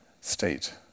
state